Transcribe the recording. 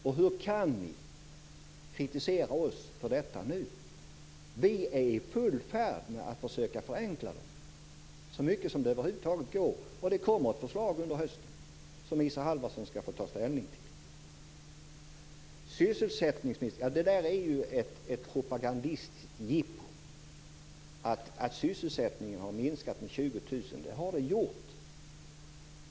Och hur kan ni kritisera oss för detta nu? Vi är i full färd med att försöka förenkla reglerna så mycket som det över huvud taget går. Det kommer ett förslag under hösten som Isa Halvarsson skall få ta ställning till. Det där med att sysselsättningen har minskat med 20 000 är ett propagandistiskt jippo. Det har den gjort.